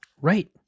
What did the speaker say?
right